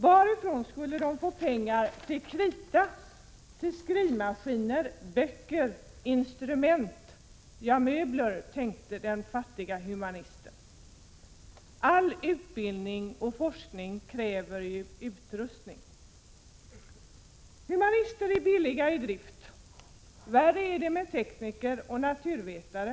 Varifrån skulle institutionerna få pengar till krita, skrivmaskiner, böcker och instrument, ja, även till möbler? tänkte den fattiga humanisten. All utbildning och forskning kräver ju utrustning. Humanister är billiga i drift. Värre är det med tekniker och naturvetare.